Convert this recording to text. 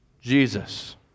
Jesus